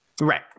right